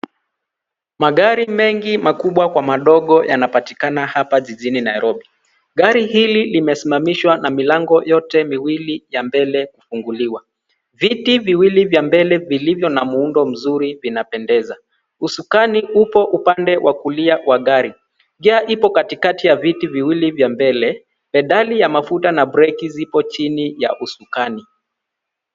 Magari mengi makubwa kwa madogo yanapatikana hapa jijini Nairobi. Gari hili limesimamishwa na milango yote miwili ya mbele kufunguliwa. Viti viwili vya mbele vilivyo na muundo mzuri vinapendeza. Usukani upo upande wa kulia wa gari. Gia ipo katikati ya viti viwili vya mbele. Pedali ya mafuta na breki zipo chini ya usukani.